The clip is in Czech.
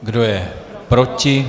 Kdo je proti?